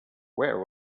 where